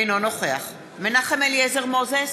אינו נוכח מנחם אליעזר מוזס,